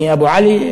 אני אבו עלי,